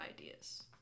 ideas